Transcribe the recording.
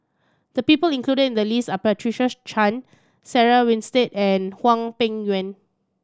the people included in the list are Patricia Chan Sarah Winstedt and Hwang Peng Yuan